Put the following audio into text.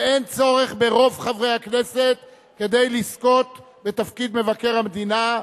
ואין צורך ברוב חברי הכנסת כדי לזכות בתפקיד מבקר המדינה.